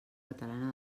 catalana